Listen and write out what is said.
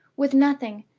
with nothing,